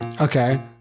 Okay